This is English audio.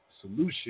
Solution